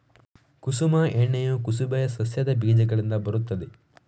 ಕುಸುಮ ಎಣ್ಣೆಯು ಕುಸುಬೆಯ ಸಸ್ಯದ ಬೀಜಗಳಿಂದ ಬರುತ್ತದೆ